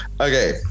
okay